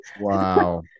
wow